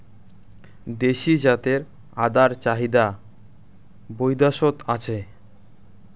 দেশী জাতের আদার চাহিদা বৈদ্যাশত আছে